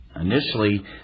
initially